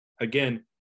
again